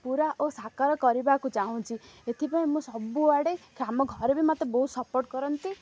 ପୁରା ଓ ସାକାରର କରିବାକୁ ଚାହୁଁଛି ଏଥିପାଇଁ ମୁଁ ସବୁଆଡ଼େ ଆମ ଘରେ ବି ମତେ ବହୁତ ସପୋର୍ଟ କରନ୍ତି